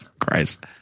Christ